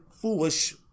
foolish